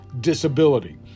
disability